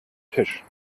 tisch